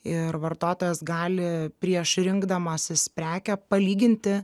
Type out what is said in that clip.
ir vartotojas gali prieš rinkdamasis prekę palyginti